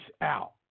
out